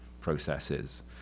processes